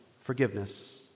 forgiveness